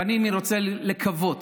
ואני רוצה לקוות